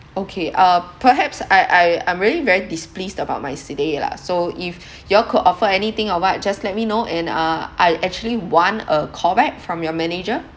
okay uh perhaps I I I'm really very displeased about my stay lah so if you all could offer anything or what just let me know and uh I actually want a call back from your manager